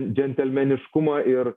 džentelmeniškumą ir